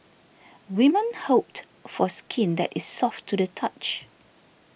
women hoped for skin that is soft to the touch